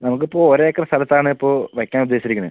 നമുക്ക് ഇപ്പോൾ ഒരേക്കർ സ്ഥലത്താണ് ഇപ്പോൾ വെക്കാൻ ഉദ്ദേശിച്ചിരിക്കുന്നത്